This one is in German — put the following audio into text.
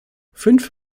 fünf